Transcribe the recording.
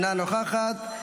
אינה נוכחת,